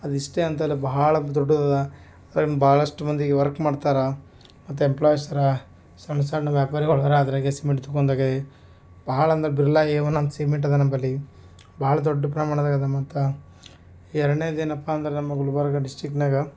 ಅದಿಷ್ಟೇ ಅಂತ ಅಲ್ಲ ಬಹಳ ದೊಡ್ಡುದದೆ ಅದ್ರಿಂದ ಭಾಳಷ್ಟ್ ಮಂದಿ ವರ್ಕ್ ಮಾಡ್ತಾರೆ ಮತ್ತು ಎಂಪ್ಲಯಿಸರ ಸಣ್ಣ ಸಣ್ಣ ವ್ಯಾಪಾರಿಗಳು ಹೋರ ಅದ್ರಾಗೆ ಸಿಮೆಂಟ್ ಭಾಳ್ ಅಂದ್ರೆ ಬಿರ್ಲಾ ಎ ವನ್ ಅಂತ ಸಿಮೆಂಟ್ ಅದೆ ನಂಬಲ್ಲಿ ಭಾಳ ದೊಡ್ಡ ಪ್ರಮಾಣ್ದಾಗೆ ಅದೆ ಮತ್ತು ಎರಡನೇದೇನಪ್ಪ ಅಂದ್ರೆ ನಮ್ಮ ಗುಲ್ಬರ್ಗಾ ಡಿಸ್ಟ್ರಿಕ್ಟ್ನಾಗೆ